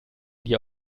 dir